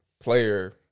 player